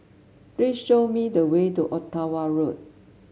please show me the way to Ottawa Road